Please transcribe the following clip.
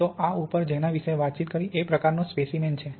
તો આ ઉપર જેના વિષે વાતકરી એ પ્રકારનો સ્પેસીમેન છે